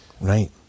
Right